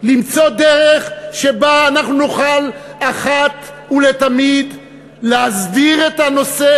למצוא דרך שבה אנחנו נוכל אחת ולתמיד להסדיר את הנושא.